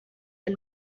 and